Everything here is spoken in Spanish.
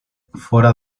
fuera